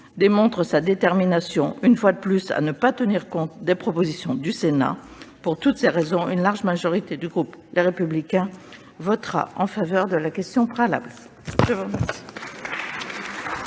de plus sa détermination à ne pas tenir compte des propositions du Sénat. Pour toutes ces raisons, une large majorité du groupe Les Républicains votera en faveur de la question préalable. La discussion